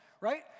right